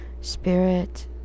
spirit